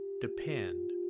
depend